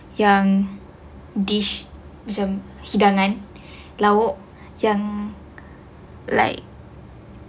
yang dish macam hidangan lauk yang like